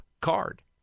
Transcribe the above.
card